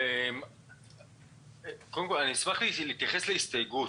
אשמח להתייחס להסתייגות.